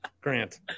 Grant